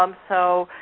um so,